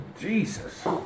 Jesus